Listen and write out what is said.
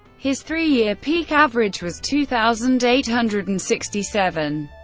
his three-year peak average was two thousand eight hundred and sixty seven,